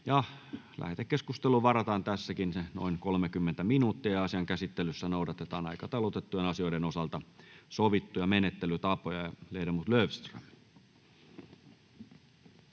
Lähetekeskusteluun varataan tässäkin se noin 30 minuuttia, ja asian käsittelyssä noudatetaan aikataulutettujen asioiden osalta sovittuja menettelytapoja. — Ledamot Löfström.